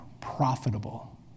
profitable